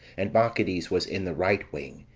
and bacchides was in the right wing,